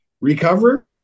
recover